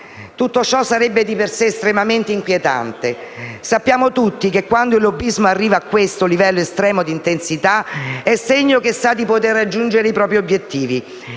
Tutto ciò sarebbe di per sé estremamente inquietante. Sappiamo tutti che, quando il lobbismo arriva a questo livello estremo di intensità, è segno che sa di poter raggiungere i propri obiettivi.